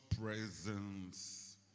presence